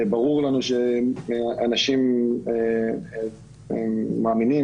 ברור לנו שאנשים מאמינים,